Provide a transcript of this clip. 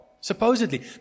supposedly